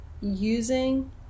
using